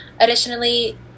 Additionally